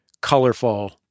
colorful